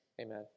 amen